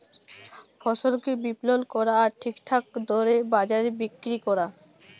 ফসলকে বিপলল ক্যরা আর ঠিকঠাক দরে বাজারে বিক্কিরি ক্যরা